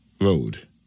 road